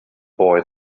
boy